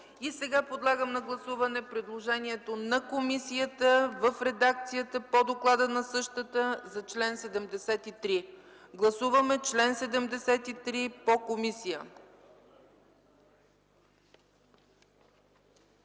прието. Подлагам на гласуване предложението на комисията в редакцията по доклада на същата за чл. 73. Гласуваме чл. 73 по комисия.